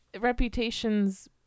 reputations